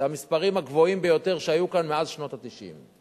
אלה המספרים הגבוהים ביותר שהיו כאן מאז שנות ה-90.